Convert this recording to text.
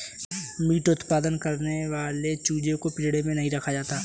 meet उत्पादन करने वाले चूजे को पिंजड़े में नहीं रखा जाता